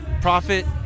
Profit